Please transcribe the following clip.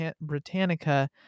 Britannica